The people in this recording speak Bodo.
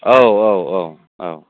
औ औ औ औ